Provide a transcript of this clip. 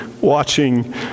watching